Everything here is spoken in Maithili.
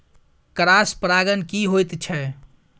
क्रॉस परागण की होयत छै?